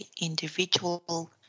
individual